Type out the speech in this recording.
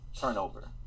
Turnover